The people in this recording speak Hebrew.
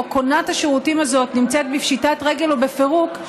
או קונת השירותים הזאת נמצאת בפשיטת רגל או בפירוק,